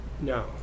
No